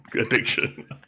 addiction